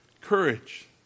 Courage